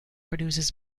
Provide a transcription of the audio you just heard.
produces